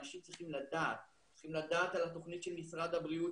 אנשים צריכים לדעת על התוכנית של משרד הבריאות,